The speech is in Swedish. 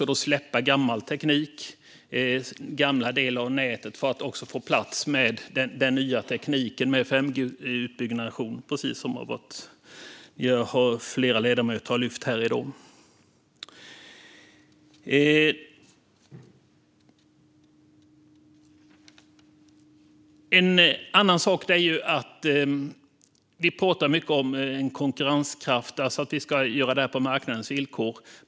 Vi måste släppa gammal teknik och gamla delar av nätet för att få plats med den nya tekniken med 5Gutbyggnation, precis som flera ledamöter har lyft fram i dag. Vi pratar mycket om konkurrenskraft och om att vi ska göra detta på marknadens villkor.